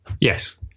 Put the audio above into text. Yes